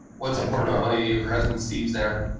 what's important about money to you? her husband steve is there.